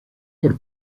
por